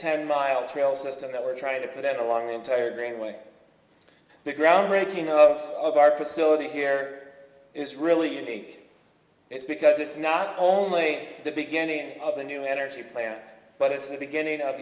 ten mile trail system that we're trying to put out along the entire greenway the groundbreaking of our facility here is really unique it's because it's not only the beginning of the new energy plan but it's the beginning of